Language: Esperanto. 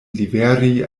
liveri